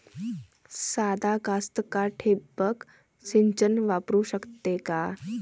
सादा कास्तकार ठिंबक सिंचन वापरू शकते का?